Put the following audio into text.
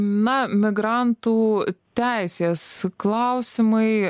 na migrantų teisės klausimai